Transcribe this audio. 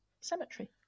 Cemetery